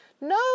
No